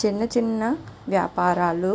చిన్న చిన్న యాపారాలు,